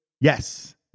Yes